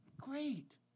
great